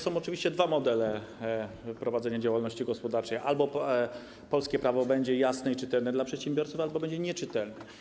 Są oczywiście dwa modele prowadzenia działalności gospodarczej: albo polskie prawo będzie jasne i czytelne dla przedsiębiorców, albo będzie nieczytelne.